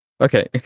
okay